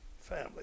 family